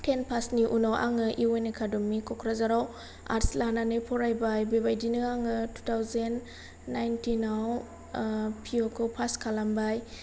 तेन pass नि उनाय आङो इउ एन एकाडेमि क'क्राझाराव आर्टस लानानै फरायबाय बेबायदिनो आङो तु थाउजेन्ड नाइनटिनाव आह पि इउ खौ पास खालामबाय